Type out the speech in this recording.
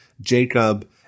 Jacob